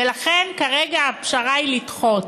ולכן כרגע הפשרה היא לדחות.